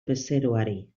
bezeroari